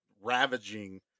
ravaging